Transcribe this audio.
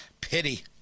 pity